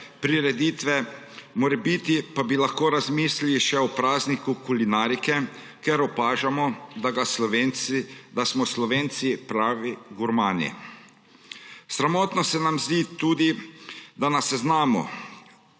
prireditve, morebiti pa bi lahko razmislili še o prazniku kulinarike, ker opažamo, da smo Slovenci pravi gurmani. Sramotno se nam zdi tudi, da na seznamu